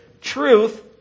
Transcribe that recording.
truth